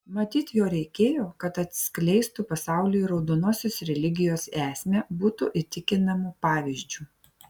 matyt jo reikėjo kad atskleistų pasauliui raudonosios religijos esmę būtų įtikinamu pavyzdžiu